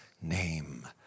name